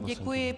Děkuji.